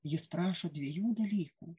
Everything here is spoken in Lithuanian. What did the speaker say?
jis prašo dviejų dalykų